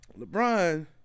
LeBron